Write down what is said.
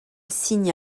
signe